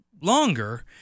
longer